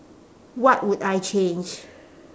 what would I change